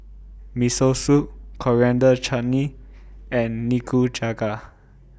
Miso Soup Coriander Chutney and Nikujaga